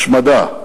השמדה,